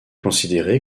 considéré